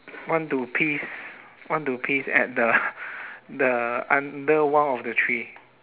want to piss want to piss at the the under one of the tree